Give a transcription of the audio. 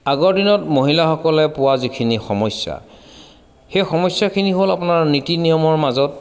আগৰ দিনত মহিলাসকলে পোৱা যিখিনি সমস্যা সেই সমস্যাখিনি হ'ল আপোনাৰ নীতি নিয়মৰ মাজত